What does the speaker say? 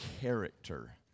character